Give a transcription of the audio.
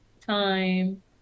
time